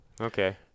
Okay